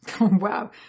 Wow